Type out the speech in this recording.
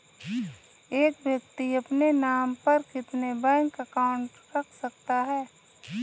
एक व्यक्ति अपने नाम पर कितने बैंक अकाउंट रख सकता है?